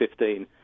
2015